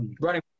running